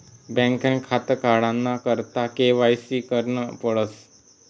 बँकनं खातं काढाना करता के.वाय.सी करनच पडस